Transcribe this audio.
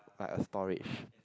like a storage